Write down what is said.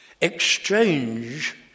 Exchange